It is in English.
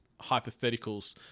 hypotheticals